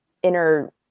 inner